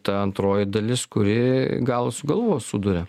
ta antroji dalis kuri galą su galu vos suduria